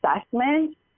assessment